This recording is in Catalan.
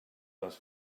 les